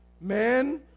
man